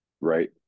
right